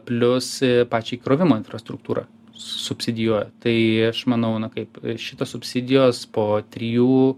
plius pačią įkrovimo infrastruktūrą subsidijuoja tai aš manau na kaip šitos subsidijos po trijų